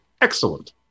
excellent